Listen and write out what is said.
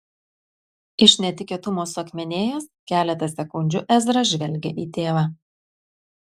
iš netikėtumo suakmenėjęs keletą sekundžių ezra žvelgė į tėvą